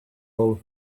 all